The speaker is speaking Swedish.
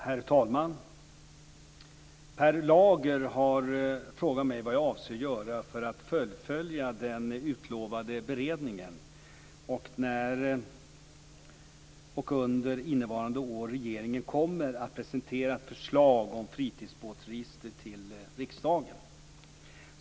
Herr talman! Per Lager har frågat mig vad jag avser göra för att fullfölja den utlovade beredningen och när under innevarande år regeringen kommer att presentera ett förslag om fritidsbåtsregister till riksdagen.